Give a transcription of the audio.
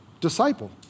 disciple